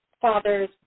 father's